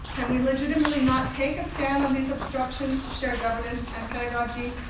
can we legitimately not take a stand and these obstructions to shared governance and pedagogy,